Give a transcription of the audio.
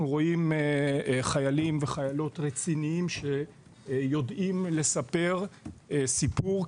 אנחנו רואים חיילים וחיילות רציניים שיודעים לספר סיפור.